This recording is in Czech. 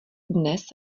dnes